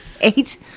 Eight